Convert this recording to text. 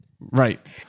Right